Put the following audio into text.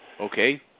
Okay